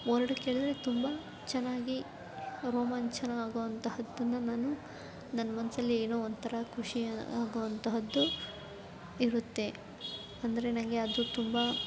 word ಕೇಳಿದ್ರೆ ತುಂಬ ಚೆನ್ನಾಗಿ ರೋಮಾಂಚನ ಆಗೋ ಅಂತಹದ್ದನ್ನ ನಾನು ನನ್ನ ಮನಸ್ಸಲ್ಲಿ ಏನೋ ಒಂಥರ ಖುಷಿ ಆಗೋ ಅಂತಹದ್ದು ಇರುತ್ತೆ ಅಂದರೆ ನನಗೆ ಅದು ತುಂಬ